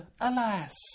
alas